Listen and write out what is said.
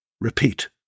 Repeat